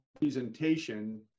presentation